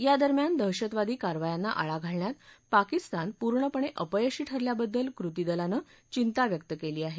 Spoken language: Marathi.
या दरम्यान दहशतवादी कारवायांना आळा घालण्यात पाकिस्तान पूर्णपणे अपयशी ठरल्याबद्दल कृती दलानं यिंता व्यक्त केली आहे